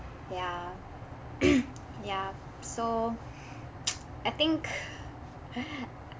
ya ya so I think